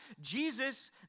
Jesus